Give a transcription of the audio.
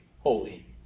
holy